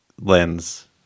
lens